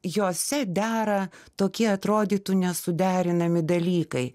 jose dera tokie atrodytų nesuderinami dalykai